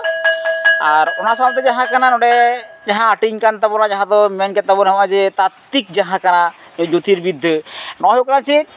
ᱟᱨ ᱚᱱᱟ ᱥᱟᱶᱛᱮ ᱡᱟᱦᱟᱸ ᱠᱟᱱᱟ ᱱᱚᱰᱮ ᱡᱟᱦᱟᱸ ᱦᱟᱹᱴᱤᱧ ᱟᱠᱟᱱ ᱛᱟᱵᱚᱱᱟ ᱡᱟᱦᱟᱸ ᱫᱚᱢ ᱢᱮᱱ ᱠᱮᱫ ᱛᱟᱵᱚᱱᱟ ᱱᱚᱜᱼᱚᱭ ᱡᱮ ᱛᱟᱛᱛᱤᱠ ᱡᱟᱦᱟᱸ ᱠᱟᱱᱟ ᱡᱳᱛᱤᱨᱵᱤᱫᱽᱫᱟᱹ ᱱᱚᱣᱟ ᱦᱩᱭᱩᱜ ᱠᱟᱱᱟ ᱪᱮᱫ